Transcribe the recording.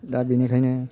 दा बिनिखायनो